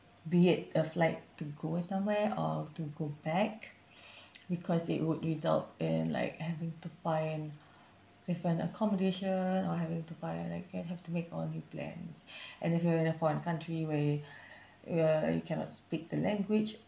be it a flight to go somewhere or to go back because it would result in like having to find different accommodation or having to find like then have to make all new plans and if you're in a foreign country where uh you cannot speak the language